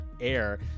air